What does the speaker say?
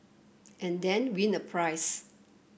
and then win a prize